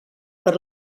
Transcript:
per